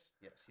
Yes